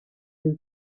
who